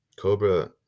Cobra